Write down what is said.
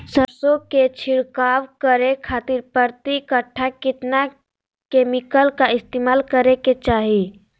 सरसों के छिड़काव करे खातिर प्रति कट्ठा कितना केमिकल का इस्तेमाल करे के चाही?